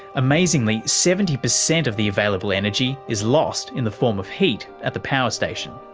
amazingly, seventy percent of the available energy is lost in the form of heat at the power station.